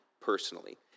personally